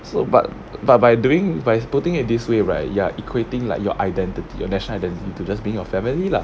so but but by doing by putting it this way right you are equating like your identity your national identity into just being your family lah